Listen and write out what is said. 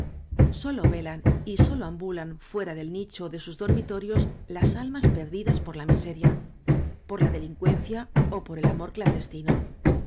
sólo velan y sólo ambulan fuera del nicho de sus dormitorios las almas perdidas por la miseria por la delincuencia ó por el amor clandestino